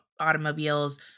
automobiles